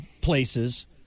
places